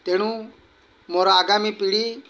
ତେଣୁ ମୋର ଆଗାମୀ ପିଢ଼ି